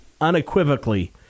unequivocally